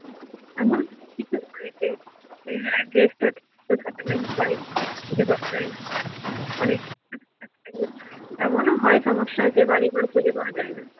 এমন কিছু নয় যে অ্যাড্রেসটা ঠিক থাকে না বাড়ি খুঁজে পাওয়া যায় না অনেক এমনও হয় সমস্যা যে বাড়িবার খুঁজে পাওয়া যায় না